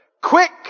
Quick